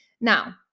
Now